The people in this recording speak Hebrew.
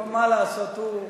טוב מה לעשות, הוא,